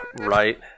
Right